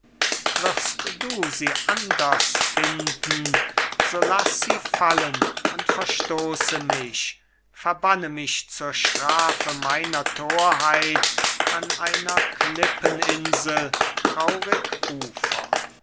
wirst du sie anders finden so laß sie fallen und verstoße mich verbanne mich zur strafe meiner thorheit an einer klippen insel traurig ufer